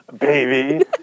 Baby